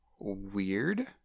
weird